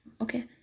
okay